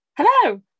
Hello